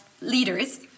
leaders